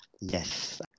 Yes